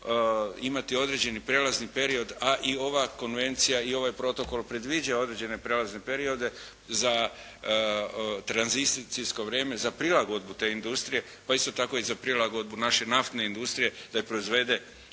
imati određeni prijelazni period a i ova konvencija i ovaj protokol predviđa određene prijelazne periode za tranzicijsko vrijeme za prilagodbu te industrije pa isto tako i za prilagodbu naše naftne industrije da proizvede